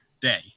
day